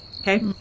Okay